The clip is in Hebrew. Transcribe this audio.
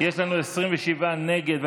יש לנו 27 נגד,